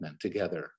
together